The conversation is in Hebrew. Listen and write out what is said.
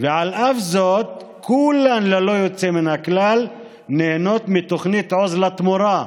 ועל אף זאת כולם ללא יוצא מן הכלל נהנים מתוכנית עוז לתמורה,